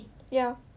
ya